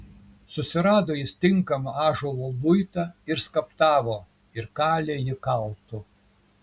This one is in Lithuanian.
susirado jis tinkamą ąžuolo luitą ir skaptavo ir kalė jį kaltu